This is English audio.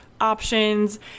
options